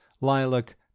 lilac